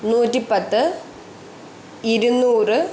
നൂറ്റിപ്പത്ത് ഇരുന്നൂറ്